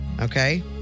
Okay